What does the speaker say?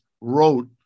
wrote